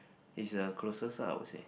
is the closest ah I would say